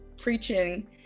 preaching